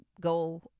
go